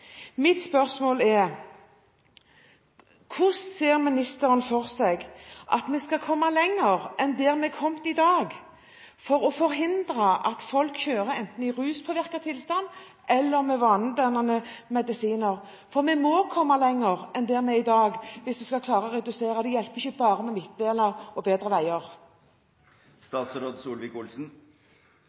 Mitt spørsmål er: Hvordan ser ministeren for seg at vi skal kunne komme lenger enn vi er i dag, for å forhindre at folk kjører enten i ruspåvirket tilstand eller påvirket av vanedannende medisiner? Vi må komme lenger enn vi er i dag, hvis vi skal klare å redusere dette – det hjelper ikke bare med midtdelere og bedre veier. I Aftenposten for et par uker siden skrev man om «tilgivende veier»: